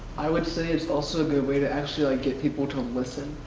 i would say it's also a good way to actually like get people to listen,